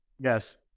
yes